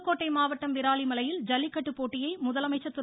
புதுக்கோட்டை மாவட்டம் விராலிமலையில் ஜல்லிக்கட்டு போட்டியை முதலமைச்சர் திரு